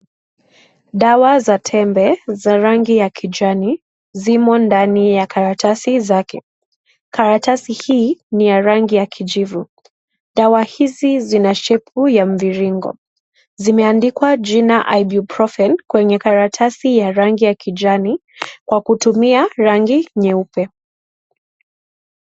Dawa za tembe za rangi za kijani zimo ndani ya karatasi zake, karatasi hii ni ya rangi ya kijivu dawa hizi zina shepu ya mviringo. Zimeandikwa jina ibrufeni kwenye karatasi ya rangi ya kijani kwa kutumia rangi nyeupe.